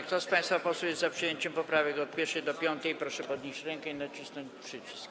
Kto z państwa posłów jest za przyjęciem poprawek od 1. do 5., proszę podnieść rękę i nacisnąć przycisk.